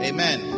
Amen